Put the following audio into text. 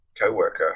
co-worker